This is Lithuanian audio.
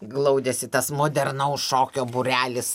glaudėsi tas modernaus šokio būrelis